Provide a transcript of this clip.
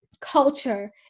culture